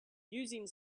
using